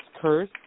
curse